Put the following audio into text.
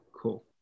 Cool